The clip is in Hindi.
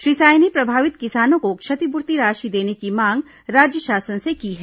श्री साय ने प्रभावित किसानों को क्षतिपूर्ति राशि देने की मांग राज्य शासन से की है